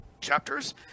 Chapters